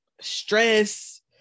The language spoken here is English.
stress